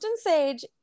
Sage